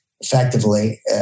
effectively